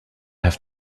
have